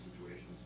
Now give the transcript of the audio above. situations